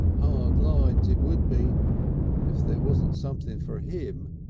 hard lines it would be if there wasn't something for him.